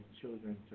children